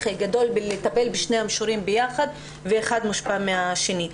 גדול בלטפל בשני המישורים ביחד ואחד מושפע מהשני.